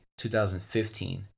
2015